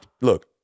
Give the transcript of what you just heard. look